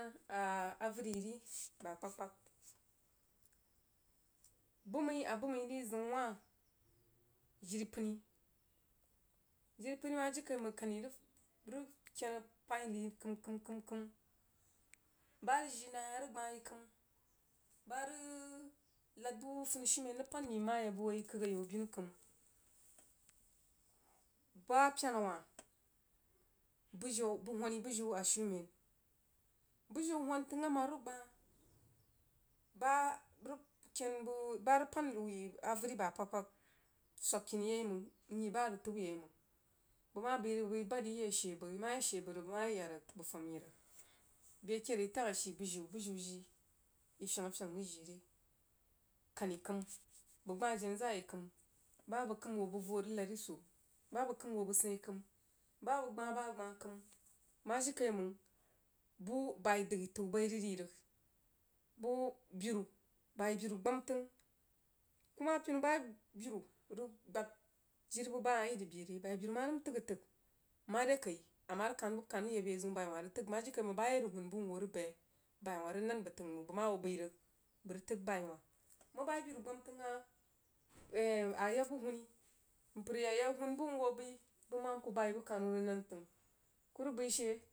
Ah avərí yí rí aba kpag kpag buh mai a buh mai ri zəun wah jir pəni jíri pəní mah jin kaimang lami rig ken a pəin yi ri kəim kəim kəim bah jii nai hah rig gbah yi kəim bah rig lad buh funishumen nmah pin yi bəg hoo yi rig mmgh yak bəg hoo yi kəig ayau bini bah pyena wah bijw bəg honi bujiu a shumen bujiu huhn təin amaru rig gbah bah rig ken bəg bah rig pan liv yi avəri aba kpag-kpag swak kini yai mang yi bah rig təiu yi mang bəg mah bəi rig bəg bəi bad yi yi yag shee bəg yi ma ya shee bəg rig bəg mah ye yadrig bəg fan yi rig bəg kaíd rig yi tag ashi bujiu mfyang afyang rig jie re kani kəim bəg gbah jena zaa yi kəim bah a bəg kəim hoh bəg voh rig lad yi soh bah abeg kəim hoh ba’g sa’in kəim bah a bəg gbah bah gbah kəim mah jivikai-mang buh bai təu bai rig ri rig buh biru bai biru gbam təng kuma pinu biru rig gbad jir buba hah yi rīg bəg re bai biru manən təing a təig mare kai amah rig kan buh kany rig yah beziu bai buh buh kanu rig yag beziu bai wah rig təig mah jirikaimang bah ya huu buh mbong bəa bai wah rig nan bəg təng bəg mah hoo bəi rig təg bai woh mang bai biru gban təng hah a yag buh huuni mpər a ya yag buh mhoo bəi bəg mam kuh bai buh laru rig nan təng kuh rig bəi she